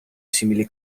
simili